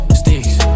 sticks